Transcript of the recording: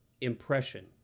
impression